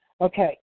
okay